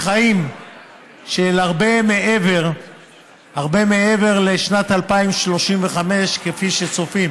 חיים של הרבה מעבר לשנת 2035 כפי שצופים,